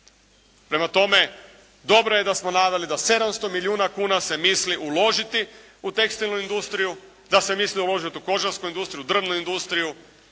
Prema tome dobro je da smo naveli da 700 milijuna kuna se misli uložiti u tekstilnu industriju. Da se misli uložiti u kožarsku industriju, u drvnu industriju.